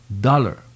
dollar